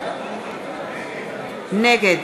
נגד